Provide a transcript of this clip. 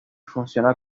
funciona